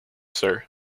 sir